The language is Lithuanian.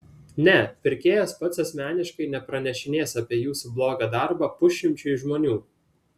ne pirkėjas pats asmeniškai nepranešinės apie jūsų blogą darbą pusšimčiui žmonių